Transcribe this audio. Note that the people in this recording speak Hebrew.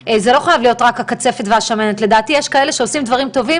אפילו לאלה שעוד לא חשבו שהם הולכים להיות בתוך בריאות הנפש,